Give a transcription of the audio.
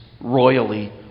royally